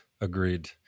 agreed